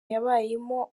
yabayemo